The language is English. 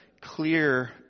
clear